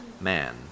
man